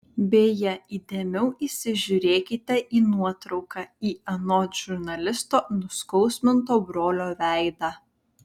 beje įdėmiau įsižiūrėkite į nuotrauką į anot žurnalisto nuskausminto brolio veidą